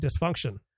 dysfunction